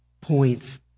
points